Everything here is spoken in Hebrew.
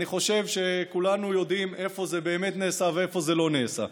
אני חושב שכולנו יודעים איפה זה באמת נעשה ואיפה זה לא נעשה.